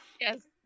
yes